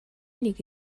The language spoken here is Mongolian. нэг